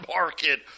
market